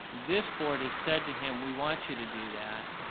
this board has said to him, we want you to do that,